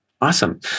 awesome